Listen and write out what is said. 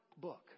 book